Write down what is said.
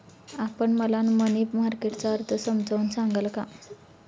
आपण मला money market चा अर्थ समजावून सांगाल का?